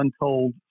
untold